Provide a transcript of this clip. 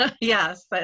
yes